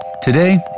today